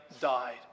died